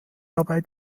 dabei